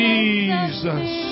Jesus